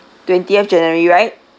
twentieth january right